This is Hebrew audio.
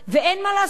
ואין מה לעשות,